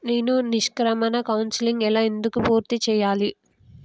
నేను నిష్క్రమణ కౌన్సెలింగ్ ఎలా ఎందుకు పూర్తి చేయాలి?